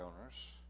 owners